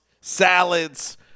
salads